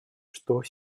что